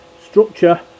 structure